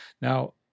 Now